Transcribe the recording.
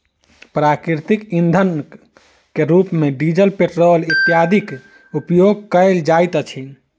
प्राकृतिक इंधनक रूप मे डीजल, पेट्रोल इत्यादिक उपयोग कयल जाइत अछि